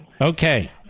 Okay